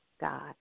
God